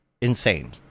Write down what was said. insane